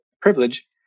privilege